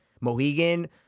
Mohegan